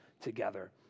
together